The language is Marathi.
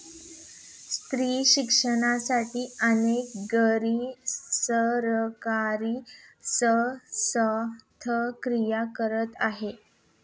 स्त्री शिक्षणासाठी अनेक गैर सरकारी संस्था कार्य करत आहेत